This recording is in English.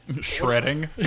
Shredding